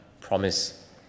promise